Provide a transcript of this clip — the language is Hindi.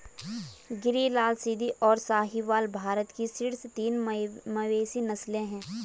गिर, लाल सिंधी, और साहीवाल भारत की शीर्ष तीन मवेशी नस्लें हैं